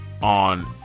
On